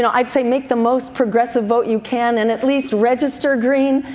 you know i'd say make the most progressive boat you can and at least register green,